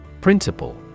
Principle